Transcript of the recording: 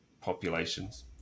populations